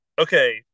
okay